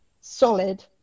solid